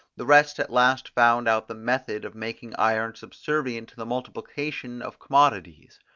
the rest at last found out the method of making iron subservient to the multiplication of commodities.